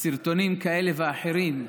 בסרטונים כאלה ואחרים,